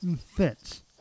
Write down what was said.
fits